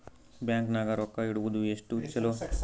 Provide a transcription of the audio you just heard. Bank ನಾಗ ರೊಕ್ಕ ಇಡುವುದು ಎಷ್ಟು ಚಲೋ?